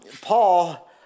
Paul